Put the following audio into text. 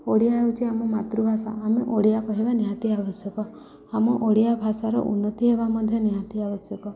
ଓଡ଼ିଆ ହେଉଛି ଆମ ମାତୃଭାଷା ଆମେ ଓଡ଼ିଆ କହିବା ନିହାତି ଆବଶ୍ୟକ ଆମ ଓଡ଼ିଆ ଭାଷାର ଉନ୍ନତି ହେବା ମଧ୍ୟ ନିହାତି ଆବଶ୍ୟକ